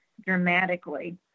dramatically